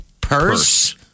purse